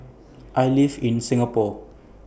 I live in Singapore